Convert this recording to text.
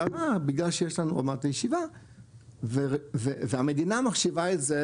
בגלל שיש לנו עוד מעט ישיבה והמדינה מחשיבה את זה,